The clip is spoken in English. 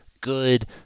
good